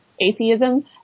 atheism